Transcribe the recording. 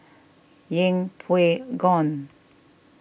Yeng Pway Ngon